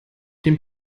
den